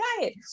diet